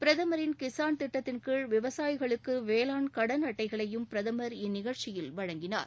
பிரதமரின் கிசான் திட்டத்தின்கீழ் விவசாயிகளுக்கு வேளாண் கடன் அட்டைகளையும் பிரதமர் இந்நிகழ்ச்சியில் வழங்கினார்